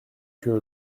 que